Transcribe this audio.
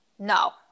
No